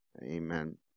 Amen